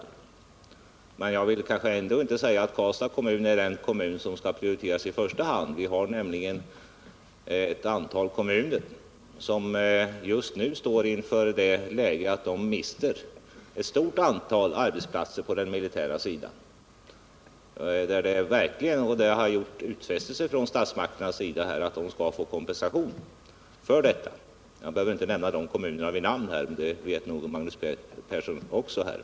Men jag vill kanske ändå inte gå med på att Karlstads kommun är den kommun som bör prioriteras i första hand. Vi har nämligen ett antal kommuner som just nu står inför den situationen att de mister ett stort antal arbetsplatser på den militära sidan, och statsmakterna har i fråga om dessa kommuner gjort utfästelser om att de skall få kompensation för detta. Jag behöver inte nämna dessa kommuner vid namn, för Magnus Persson känner säkert till detta.